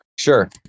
Sure